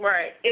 Right